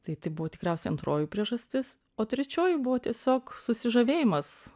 tai tai buvo tikriausiai antroji priežastis o trečioji buvo tiesiog susižavėjimas